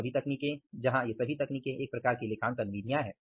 वे सभी तकनीके जहाँ ये सभी तकनीकें एक प्रकार की लेखांकन विधियाँ हैं